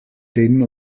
denen